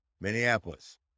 Minneapolis